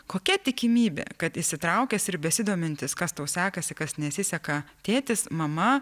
kokia tikimybė kad įsitraukęs ir besidomintis kas tau sekasi kas nesiseka tėtis mama